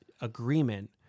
agreement